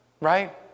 right